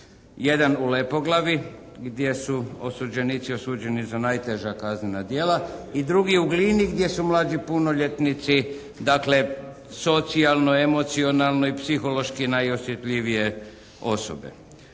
Jedan u Lepoglavi gdje su osuđenici osuđeni za najteža kaznena djela i drugi u Glini gdje su mlađi punoljetnici dakle socijalno, emocionalno i psihološki najosjetljivije osobe.